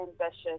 ambitious